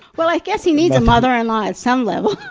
well, i guess he needs a mother-in-law in some level.